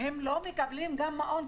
והם לא מקבלים גם מעונות,